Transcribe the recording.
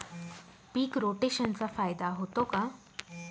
पीक रोटेशनचा फायदा होतो का?